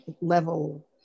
level